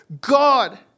God